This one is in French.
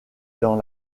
dans